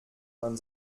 man